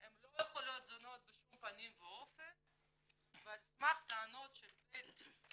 הן לא יכולות להיות זונות בשום פנים ואופן ועל סמך הטענות של בעלה,